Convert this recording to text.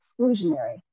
exclusionary